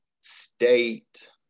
state